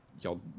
y'all